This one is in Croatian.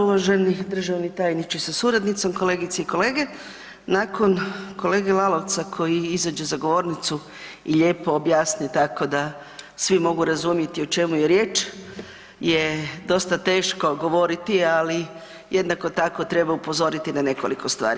Uvaženi državni tajniče sa suradnicom, kolegice i kolege nakon kolege Lalovca koji izađe za govornicu i lijepo objasni tako da svi mogu razumjeti o čemu je riječ je dosta teško govoriti, ali jednako tako treba upozoriti na nekoliko stvari.